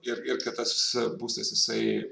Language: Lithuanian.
ir ir kai tas būstas jisai